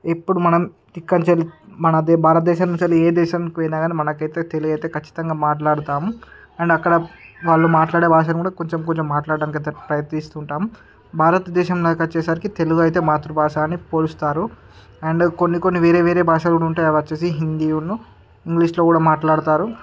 ఇప్పుడు మనం ఇక్కడ నుంచి మన దే భారతదేశం నుంచి ఏ దేశంకి పోయినా కాని మనకైతే తెలుగయితే ఖచ్చితంగా మాట్లాడతాం అండ్ అక్కడ వాళ్ళు మాట్లాడే భాషను కూడా కొంచెం కొంచెం మాట్లాడ్డానికైతే ప్రయత్నిస్తుంటాం భారతదేశంలో కొచ్చేసరికి తెలుగైతే మాతృభాష అని పోలుస్తారు అండ్ కొన్ని కొన్ని వేరే వేరే భాషలుంటాయి అవొచ్చేసి హిందీయును ఇంగ్లీష్ లో కూడా మాట్లాడతారు